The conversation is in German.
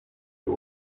für